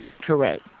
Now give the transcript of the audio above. correct